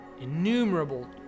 innumerable